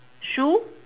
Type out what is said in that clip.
shoe